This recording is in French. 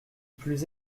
plus